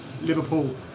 Liverpool